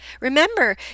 Remember